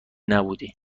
نبودی